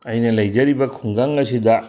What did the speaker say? ꯑꯩꯅ ꯂꯩꯖꯔꯤꯕ ꯈꯨꯡꯒꯪ ꯑꯁꯤꯗ